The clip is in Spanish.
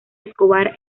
escobar